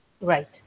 Right